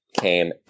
came